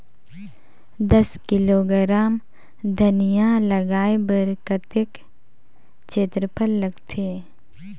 दस किलोग्राम धनिया लगाय बर कतेक क्षेत्रफल लगथे?